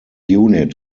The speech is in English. unit